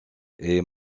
est